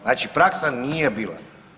Znači praksa nije bila.